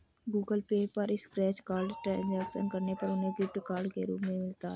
Google Pay पर scratch card transaction करने पर उन्हें गिफ्ट कार्ड के रूप में मिलता है